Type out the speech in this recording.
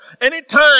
Anytime